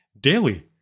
daily